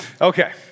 Okay